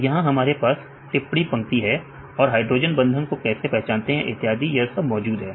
तो यहां हमारे पास टिप्पणी पंक्ति है और हाइड्रोजन बंधन को कैसे पहचानते हैं इत्यादि यह सब मौजूद है